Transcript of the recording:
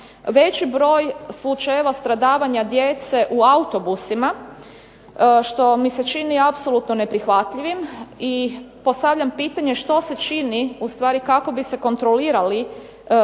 veći broj slučajeva stradavanja djece u autobusima što mi se čini apsolutno neprihvatljivim i postavljam pitanje što se čini u stvari kako bi se kontrolirali, kako